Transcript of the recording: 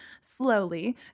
slowly